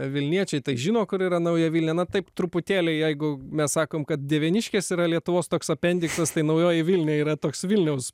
vilniečiai tai žino kur yra nauja vilė na taip truputėlį jeigu mes sakome kad dieveniškės yra lietuvos toks apendiksas tai naujoji vilnia yra toks vilniaus